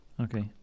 Okay